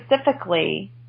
specifically